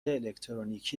الکترونیکی